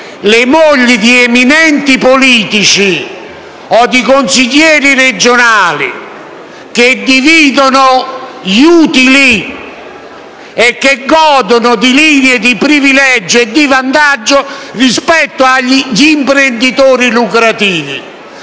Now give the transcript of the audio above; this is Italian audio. le mogli di eminenti politici o di consiglieri regionali, che dividono gli utili e godono di linee di privilegio e di vantaggio rispetto agli imprenditori lucrativi.